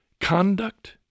conduct